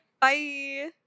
bye